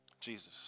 Jesus